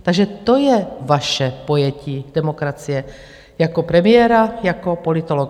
Takže to je vaše pojetí demokracie jako premiéra, jako politologa.